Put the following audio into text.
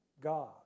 God